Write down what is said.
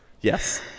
Yes